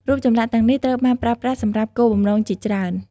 រូបចម្លាក់ទាំងនេះត្រូវបានប្រើប្រាស់សម្រាប់គោលបំណងជាច្រើន។